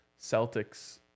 Celtics